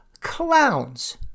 clowns